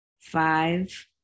Five